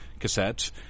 cassettes